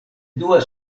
dua